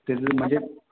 म्हणजे